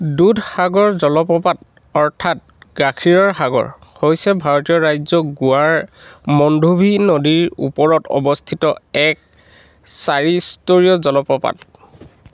দুধসাগৰ জলপ্ৰপাত অৰ্থাৎ গাখীৰৰ সাগৰ হৈছে ভাৰতীয় ৰাজ্য গোৱাৰ মণ্ডোভি নদীৰ ওপৰত অৱস্থিত এক চাৰিস্তৰীয় জলপ্ৰপাত